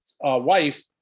wife